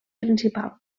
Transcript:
principal